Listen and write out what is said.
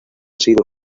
sido